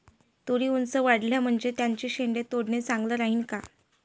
तुरी ऊंच वाढल्या म्हनजे त्याचे शेंडे तोडनं चांगलं राहीन का?